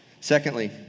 Secondly